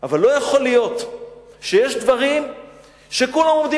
אבל לא יכול להיות שיש דברים שכולם עומדים